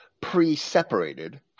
pre-separated